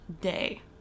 day